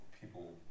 people